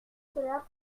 cela